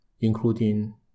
including